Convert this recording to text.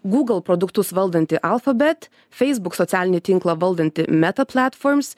gūgl produktus valdanti alfabet feisbuk socialinį tinklą valdanti meta pletforms